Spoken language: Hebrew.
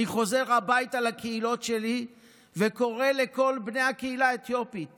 אני חוזר הביתה לקהילות שלי וקורא לכל בני הקהילה האתיופית